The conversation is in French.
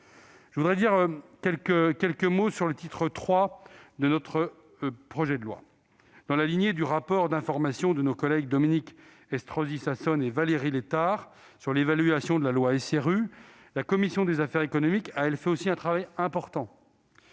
maintenant dire quelques mots du titre III du présent projet de loi. Dans la lignée du rapport d'information de nos collègues Dominique Estrosi Sassone et Valérie Létard sur l'évaluation de la loi SRU, la commission des affaires économiques a accompli un travail important